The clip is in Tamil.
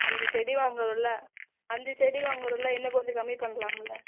அஞ்சு செடி வாங்குகிறோம்ல அஞ்சு செடி வாங்குகிறோம்ல இன்னும் கொஞ்சம் கம்மி பண்ணலாம்ல